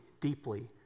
deeply